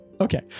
Okay